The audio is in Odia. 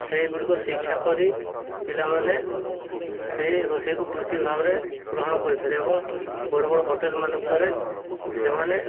ସେଇଗୁଡ଼ିକ ଶିକ୍ଷା କରି ପିଲାମାନେ ସେଇ ରୋଷେଇକୁ ବୃତ୍ତି ଭାବରେ ଗ୍ରହଣ କରିଥାନ୍ତି ଏବଂ ବଡ଼ ବଡ଼ ହୋଟେଲ୍ ମାନଙ୍କରେ ସେମାନେ